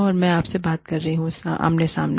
और मैं आपसे बात कर रहा हूं आमने सामने